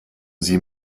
sie